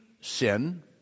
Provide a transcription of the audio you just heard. sin